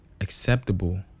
acceptable